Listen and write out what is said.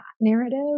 narrative